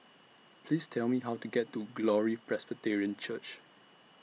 Please Tell Me How to get to Glory Presbyterian Church